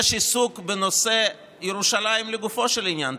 יש עיסוק בנושא ירושלים לגופו של עניין,